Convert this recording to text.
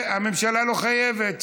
והממשלה לא חייבת,